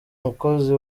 mukozi